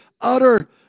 utter